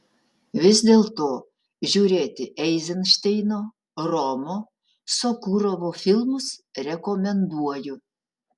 vis dėlto žiūrėti eizenšteino romo sokurovo filmus rekomenduoju